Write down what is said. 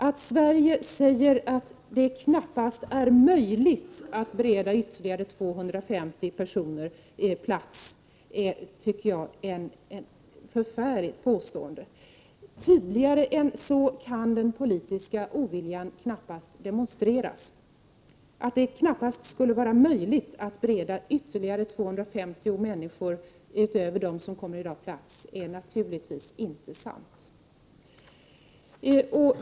När Sverige säger att det knappast är möjligt att bereda ytterligare 250 personer plats, tycker jag att det är ett förfärligt påstående. Tydligare än så kan den politiska oviljan knappast demonstreras. Att det knappast skulle vara möjligt att bereda ytterligare 250 människor plats, utöver dem som kommer i dag, är naturligtvis inte sant.